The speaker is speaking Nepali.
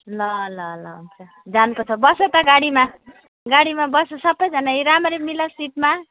ल ल ल हुन्छ जानुपर्छ बस त गाडीमा गाडीमा बस सबैजना ए राम्ररी मिल सिटमा